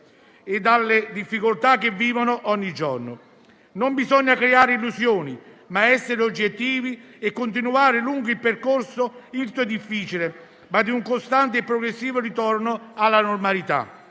e dalle difficoltà che vivono ogni giorno. Non bisogna creare illusioni, ma essere oggettivi e continuare lungo il percorso irto e difficile, ma di un costante e progressivo ritorno alla normalità.